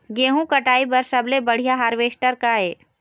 गेहूं कटाई बर सबले बढ़िया हारवेस्टर का ये?